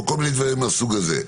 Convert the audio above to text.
או כל מיני דברים מהסוג הזה.